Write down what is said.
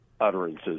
utterances